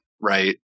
right